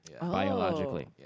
biologically